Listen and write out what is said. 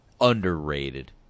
underrated